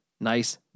nice